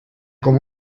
com